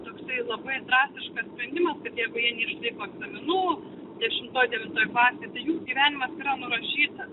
toksai labai drastiškas sprendimas kad jeigu jie neišlaiko egzaminų dešimtoj devintoj klasėj tai jų gyvenimas yra nurašytas